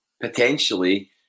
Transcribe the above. potentially